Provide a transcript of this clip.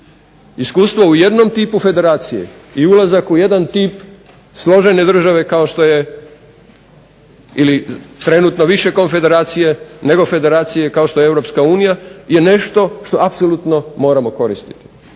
Iskustvo u jednom tipu federacije i ulazak u jedan tip složene države kao što je ili trenutno više konfederacije nego federacije kao što je Europska unija je nešto što apsolutno moramo koristiti.